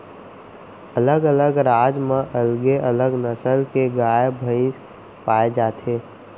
अलग अलग राज म अलगे अलग नसल के गाय भईंस पाए जाथे